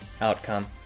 outcome